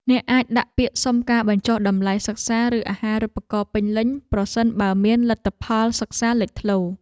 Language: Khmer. អ្នកអាចដាក់ពាក្យសុំការបញ្ចុះតម្លៃសិក្សាឬអាហារូបករណ៍ពេញលេញប្រសិនបើមានលទ្ធផលសិក្សាលេចធ្លោ។